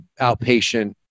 outpatient